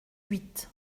huit